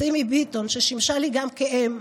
סימי ביטון, ששימשה לי גם כאם,